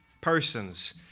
persons